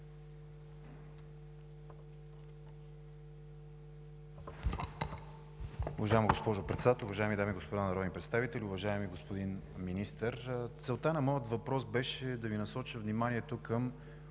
Уважаема госпожо Председател, уважаеми дами и господа народни представители! Уважаеми господин Министър, целта на моя въпрос беше да Ви насоча вниманието към